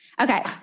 Okay